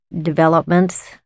developments